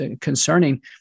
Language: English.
concerning